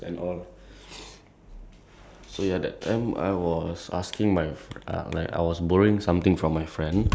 like they're like a group of uh friends lah but then they make videos together and all that lah like under play like playing games and all